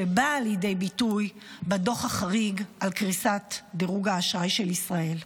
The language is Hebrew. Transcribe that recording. שבא לידי ביטוי בדוח החריג על קריסת דירוג האשראי של ישראל.